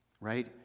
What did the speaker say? right